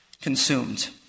consumed